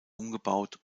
umgebaut